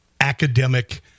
academic